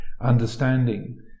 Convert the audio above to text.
understanding